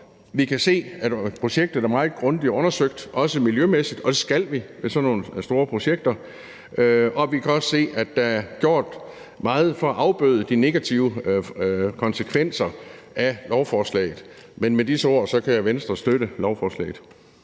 Vi kan se, at projektet er meget grundigt undersøgt, også miljømæssigt, og det skal vi ved sådan nogle store projekter. Og vi kan også se, at der er gjort meget for at afbøde de negative konsekvenser af lovforslaget. Med disse ord kan Venstre støtte lovforslaget.